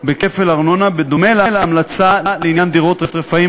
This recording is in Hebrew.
בכפל ארנונה, בדומה להמלצה לעניין דירות רפאים.